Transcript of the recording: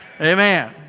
Amen